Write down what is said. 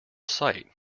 site